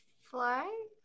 fly